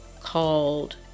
called